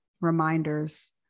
reminders